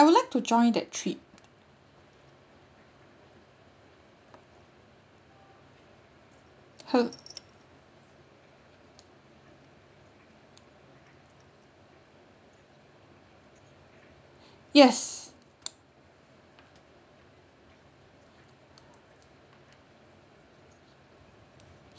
I would like to join that trip hel~ yes